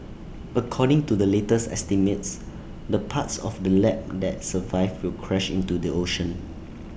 according to the latest estimates the parts of the lab that survive will crash into the ocean